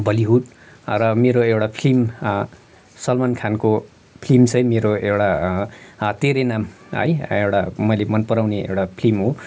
Bollywood र मेरो एउटा फ्लिम सलमान खानको फ्लिम चाहिँ मेरो एउटा तेरे नाम है एउटा मैले मन पराउने एउटा फ्लिम हो